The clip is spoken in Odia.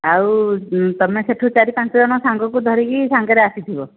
ଆଉ ତମେ ସେହିଠୁ ଚାରି ପାଞ୍ଚ ଜଣ ସାଙ୍ଗକୁ ଧରିକି ସାଙ୍ଗରେ ଆସିଥିବ